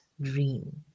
dream